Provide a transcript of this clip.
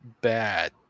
bad